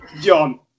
John